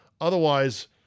Otherwise